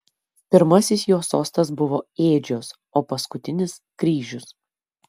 pirmasis jo sostas buvo ėdžios o paskutinis kryžius